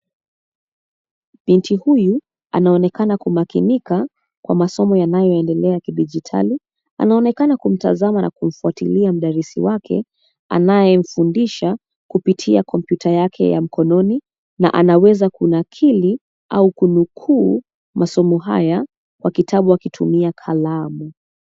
Binti huyu, anaonekana kumakinika kwa masomo yanayoendelea kidijitali. Anaonekana kumtazama na kumfuatilia mdarisi wake anayemfundisha kupitia kompyuta yake ya mkononi na anaweza kunakili au kunukuu masomo haya kwa kitabu akitumia kalamu.